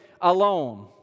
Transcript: alone